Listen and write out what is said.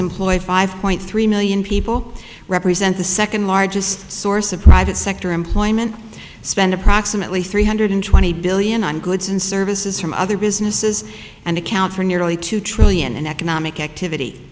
employ five point three million people represent the second largest source of private sector employment spend approximately three hundred twenty billion on goods and services from other businesses and account for nearly two trillion in economic activity